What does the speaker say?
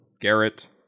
Garrett